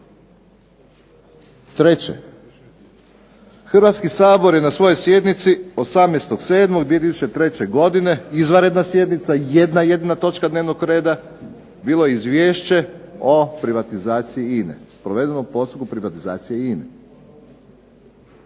Treće, Hrvatski sabor je na svojoj sjednici 18.7.2003. godine, izvanredna sjednica, jedna jedina točka dnevnog reda bilo je Izvješće o privatizaciji INA-e, provedenom postupku privatizacije INA-e.